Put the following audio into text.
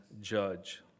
judge